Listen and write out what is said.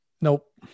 Nope